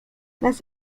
las